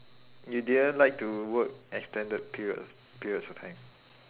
you didn't like to work extended period periods of time